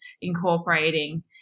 incorporating